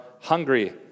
hungry